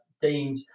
deemed